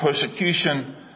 persecution